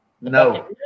No